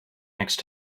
next